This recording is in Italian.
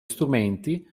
strumenti